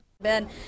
Ben